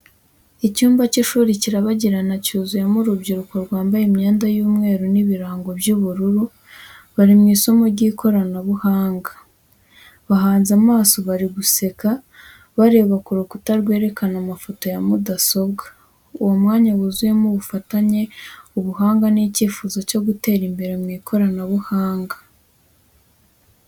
Icyumba cy’ishuri kirabagirana, cyuzuyemo urubyiruko rwambaye imyenda y’umweru n’ibirango by’ubururu, bari mu isomo ry’ikoranabuhanga. Bahanze amaso, bari guseka, bareba ku rukuta rwerekana amafoto ya mudasobwa. Uwo mwanya wuzuyemo ubufatanye, ubuhanga, n’icyifuzo cyo gutera imbere mu ikoranabuhanga.